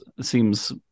seems